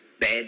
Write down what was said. bad